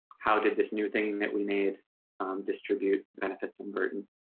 how did this new thing that we made distribute benefits and burdens